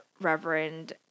Reverend